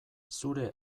zure